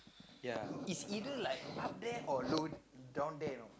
ya it's either like up there or low down there you know